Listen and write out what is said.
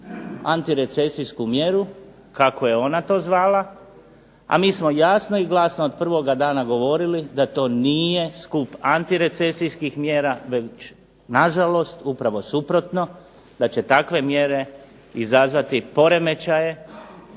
antirecesijsku mjeru kako je ona to zvala, a mi smo jasno i glasno od prvoga dana govorili da to nije skup antirecesijskih mjera već nažalost upravo suprotno, da će takve mjere izazvati poremećaje